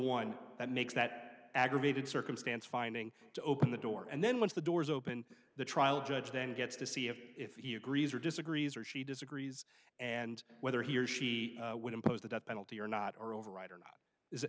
one that makes that aggravated circumstance finding to open the door and then once the doors open the trial judge then gets to see if if he agrees or disagrees or she disagrees and whether he or she would impose the death penalty or not or override or not is